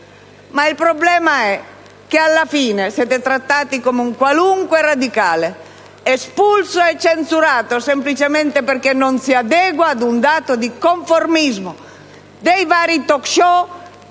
Il problema è che, alla fine, siete trattati come un qualunque radicale, espulso e censurato, semplicemente perché non si adegua ad un dato di conformismo dei vari *talk show*,